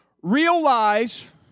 realize